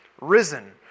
risen